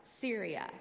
Syria